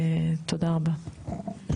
תודה רבה.